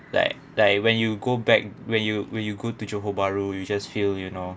like like when you go back when you when you go to johor bahru you just feel you know